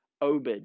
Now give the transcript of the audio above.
Obed